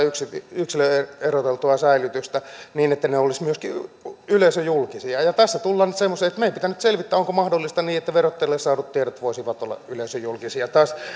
yksilöeroteltua säilytystä niin että ne olisivat myöskin yleisöjulkisia tässä tullaan nyt semmoiseen että meidän pitää nyt selvittää onko mahdollista se että verottajan saamat tiedot voisivat olla yleisöjulkisia